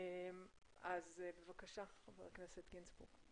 אז בבקשה, חבר הכנסת גינזבורג.